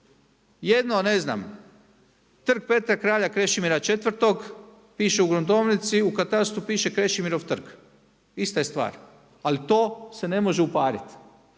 Jedno, ne znam, Trg Petra kralja Krešimira 4, piše u gruntovnici, u katastru piše Krešimirov trg. Ista je stvar, ali to se ne može upariti.